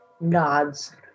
nods